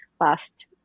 last